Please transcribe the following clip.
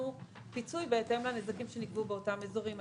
פיצוי בהתאם לנזקים שנקבעו באותם אזורים.